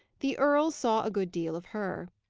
the earl saw a good deal of her.